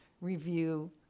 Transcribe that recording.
review